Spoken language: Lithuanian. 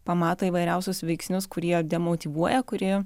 pamato įvairiausius veiksnius kurie demotyvuoja kurie